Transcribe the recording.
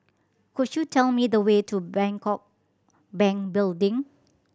could you tell me the way to Bangkok Bank Building